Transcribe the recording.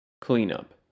Cleanup